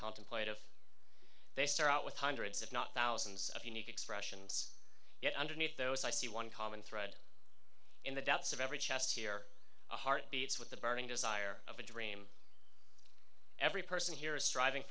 contemplate if they start out with hundreds if not thousands of unique expressions yet underneath those i see one common thread in the depths of every chest here the heart beats with the burning desire of a dream every person here is striving